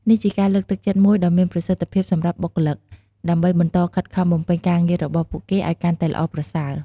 នេះជាការលើកទឹកចិត្តមួយដ៏មានប្រសិទ្ធភាពសម្រាប់បុគ្គលិក ដើម្បីបន្តខិតខំបំពេញការងាររបស់ពួកគេឲ្យកាន់តែល្អប្រសើរ។